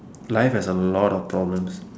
life has a lot of problems